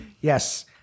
Yes